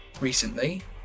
recently